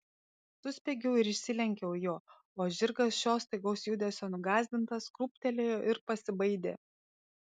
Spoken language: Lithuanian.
suspiegiau ir išsilenkiau jo o žirgas šio staigaus judesio nugąsdintas krūptelėjo ir pasibaidė